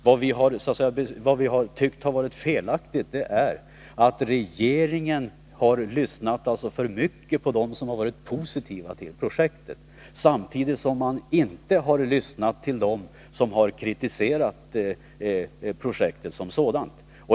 Vad vi tycker har varit felaktigt är att regeringen har lyssnat för mycket på dem som varit positiva till projektet, samtidigt som man inte har lyssnat till dem som har kritiserat projektet som sådant.